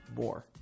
more